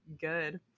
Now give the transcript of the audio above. good